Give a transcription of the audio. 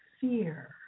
fear